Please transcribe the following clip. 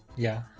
yeah.